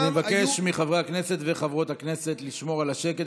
אני מבקש מחברי הכנסת וחברות הכנסת לשמור על השקט